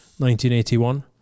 1981